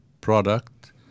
product